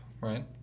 right